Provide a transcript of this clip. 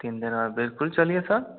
तीन दिन बाद बिलकुल चलिए सर